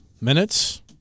minutes